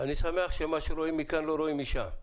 אני שמח שמה שרואים מכאן לא רואים משם.